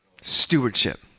Stewardship